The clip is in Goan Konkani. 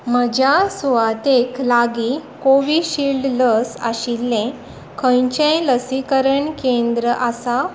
म्हज्या सुवातेक लागीं कोविशिल्ड लस आशिल्लें खंयचेंय लसीकरण केंद्र आसा